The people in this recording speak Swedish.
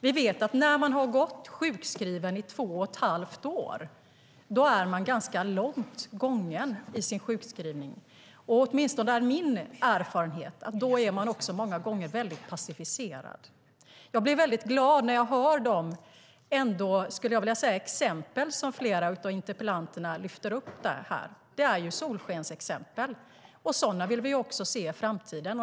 Vi vet att när man har gått sjukskriven i två och ett halvt år är man långt gången i sin sjukskrivning. Åtminstone är min erfarenhet att man då också är passiviserad. Jag har blivit glad när jag har hört de exempel som flera av interpellanterna har lyft upp här. Det är solskensexempel. Sådana vill vi också se i framtiden.